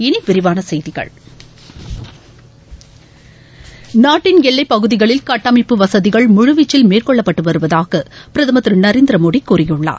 இனி விரிவான செய்திகள் நாட்டின் எல்லைப் பகுதிகளில் கட்டமைப்பு வசதிகள் முழுவீச்சில் மேற்கொள்ளப்பட்டு வருவதாக பிரதமா திரு நரேந்திர மோடி கூறியுள்ளார்